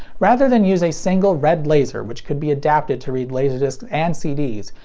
rather than use a single red laser which could be adapted to read laserdiscs and cds,